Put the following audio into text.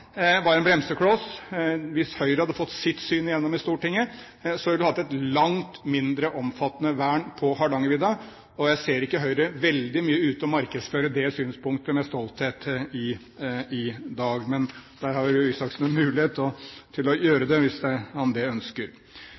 var en bremsekloss. Hvis Høyre hadde fått sitt syn igjennom i Stortinget, ville vi hatt et langt mindre omfattende vern på Hardangervidda, og jeg ser ikke Høyre veldig mye ute og markedsfører det synspunktet med stolthet i dag – men der har jo Røe Isaksen en mulighet til å gjøre det, hvis han ønsker